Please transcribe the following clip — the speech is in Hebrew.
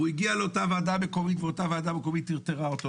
והוועדה המקומית טרטרה אותו,